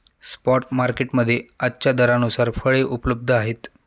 spot market मध्ये आजच्या दरानुसार फळे उपलब्ध आहेत